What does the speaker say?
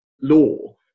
law